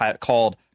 called